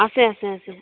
আছে আছে আছে